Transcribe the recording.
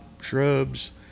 shrubs